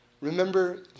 Remember